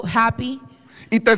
happy